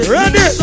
Ready